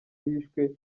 bishwe